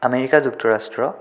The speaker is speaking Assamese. আমেৰিকা যুক্তৰাষ্ট্ৰ